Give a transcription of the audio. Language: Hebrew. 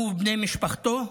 הוא ובני משפחתו.